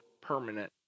permanent